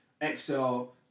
Excel